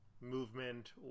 Movement